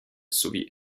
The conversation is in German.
sowie